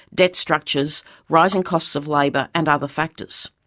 debt structures, rising costs of labour and other factors.